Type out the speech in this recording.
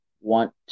want